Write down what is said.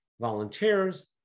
volunteers